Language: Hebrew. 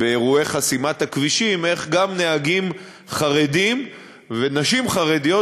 באירועי חסימת הכבישים איך גם נהגים חרדים ונשים חרדיות